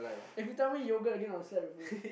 if you tell me yogurt again I would slap your face